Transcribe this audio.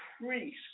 increase